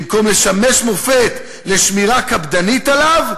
במקום לשמש מופת לשמירה קפדנית עליו,